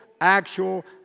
actual